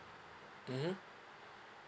mmhmm